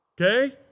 Okay